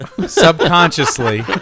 subconsciously